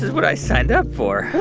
what i signed up for.